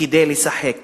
לשחק בו.